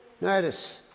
Notice